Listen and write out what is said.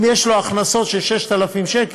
אם יש לו הכנסות של 6,000 שקלים,